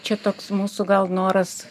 čia toks mūsų gal noras